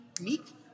Meek